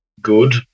good